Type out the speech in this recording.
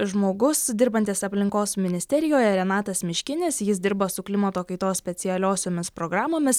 žmogus dirbantis aplinkos ministerijoje renatas miškinis jis dirba su klimato kaitos specialiosiomis programomis